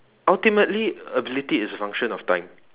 ultimately ability is a function of time